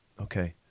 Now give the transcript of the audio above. okay